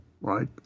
right